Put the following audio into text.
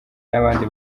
n’abandi